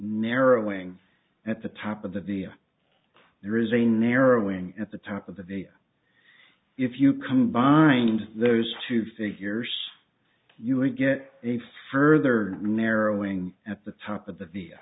narrowing at the top of that the there is a narrowing at the top of the data if you combined those two figures you would get a further narrowing at the top of the